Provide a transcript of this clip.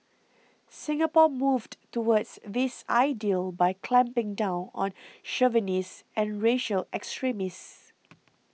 Singapore moved towards this ideal by clamping down on chauvinists and racial extremists